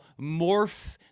morph